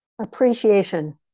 appreciation